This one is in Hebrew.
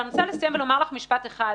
ואני רוצה לסיים ולומר לך משפט אחד: